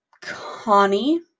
Connie